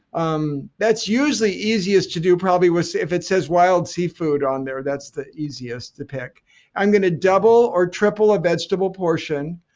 um that's usually easiest to do probably if it says wild seafood on there that's the easiest to pick i'm going to double or triple a vegetable portion.